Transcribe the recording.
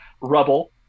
Rubble